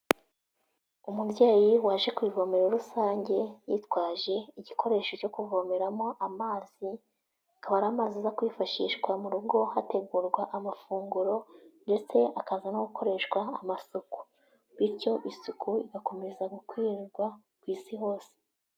Umubyeyi waje ku ivome rusange yitwaje igikoresho cyo kuvomeramo amazi, akaba ari amazi aza kwifashishwa mu rugo hategurwa amafunguro, ndetse akaza no gukoreshwa amasuku. Bityo isuku igakomeza gukwirwa ku isi hose.